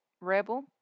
Rebel